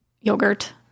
yogurt